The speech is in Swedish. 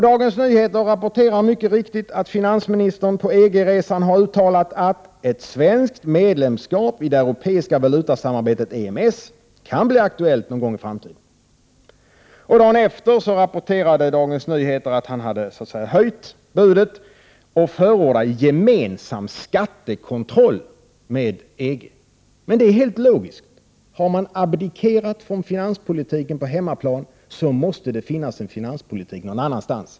Dagens Nyheter rapporterar mycket riktigt att finansministern på EG-resan har uttalat att ett svenskt medlemskap i det europeiska valutasamarbetet, EMS, kan bli aktuellt någon gång i framtiden. Dagen efter rapporterade Dagens Nyheter att finansministern hade höjt budet och förordat en gemensam skattekontroll med EG. Detta är helt logiskt. Har man abdikerat från finanspolitiken på hemmaplan, måste det finnas en finanspolitik någon annanstans.